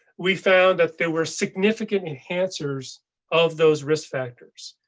we found that there were significant enhancers of those risk factors.